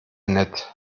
nett